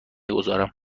گذارم